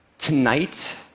Tonight